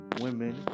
Women